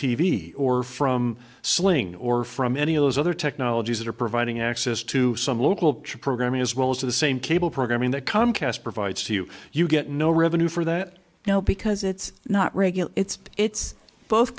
v or from sling or from any of those other technologies that are providing access to some local programming as well as the same cable programming that comcast provides you you get no revenue for that you know because it's not regular it's it's both